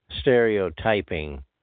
Stereotyping